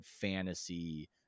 fantasy